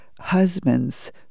husbands